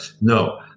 No